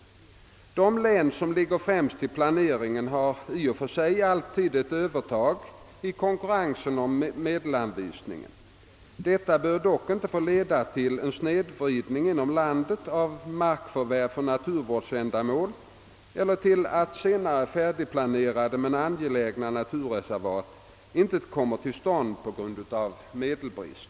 De län som ligger främst i planeringen har i och för sig alltid ett övertag i konkurrensen om medelsanvisningen. Detta bör dock inte få leda till en snedvridning inom landet av markförvärv för naturvårdsändamål eler till att senare färdigplanerade men angelägnare naturreservat inte kommer till stånd på grund av medelsbrist.